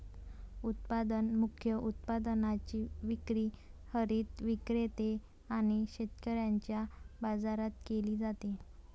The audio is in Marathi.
उत्पादन मुख्य उत्पादनाची विक्री हरित विक्रेते आणि शेतकऱ्यांच्या बाजारात केली जाते